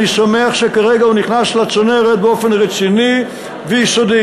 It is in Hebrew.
אני שמח שכרגע הוא נכנס לצנרת באופן רציני ויסודי.